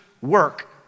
work